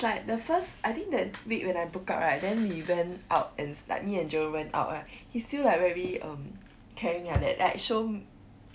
it's like the first I think that week when I broke up right then we went out and it's like me and jerome went out right he still like very um caring like that like show me